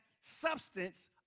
substance